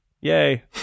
yay